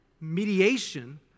mediation